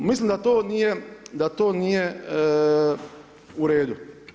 Mislim da to nije u redu.